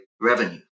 revenue